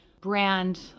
brand